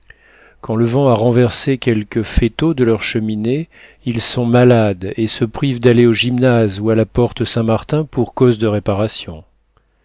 quand le vent a renversé quelques faîteaux de leurs cheminées ils sont malades et se privent d'aller au gymnase ou à la porte-saint-martin pour cause de réparations